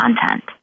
content